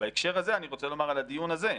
ובהקשר הזה אני רוצה לומר על הדיון הזה.